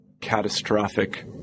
catastrophic